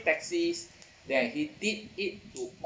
taxis that he did it to